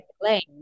playing